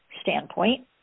standpoint